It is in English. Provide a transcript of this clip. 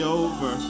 over